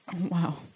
Wow